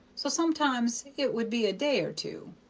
so sometimes it would be a day or two.